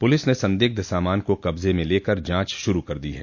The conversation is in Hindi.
पुलिस ने संदिग्ध सामान को कब्जे में लेकर जांच शुरू कर दी है